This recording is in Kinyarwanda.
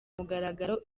mugaragaro